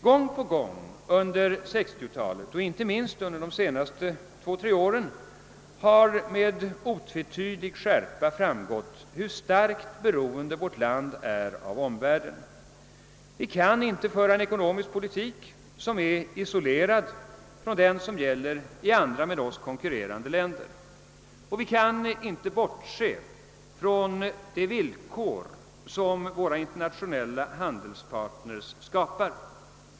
Gång på gång under 1960-talet och inte minst under de senaste två-tre åren har med otvetydig skärpa framgått hur starkt beroende vårt land är av omvärlden. Vi kan inte föra en ekonomisk politik som är isolerad från den som förs i andra med oss konkurrerande länder, och vi kan inte bortse från de villkor som våra internationella handelspartners skapar.